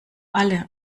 alle